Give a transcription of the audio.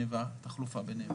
והתחלופה ביניהם.